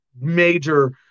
Major